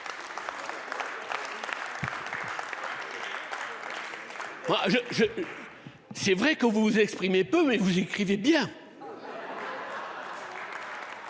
C'est vrai que vous vous exprimez peu mais vous écrivez bien.